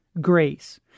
grace